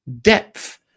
depth